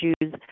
issues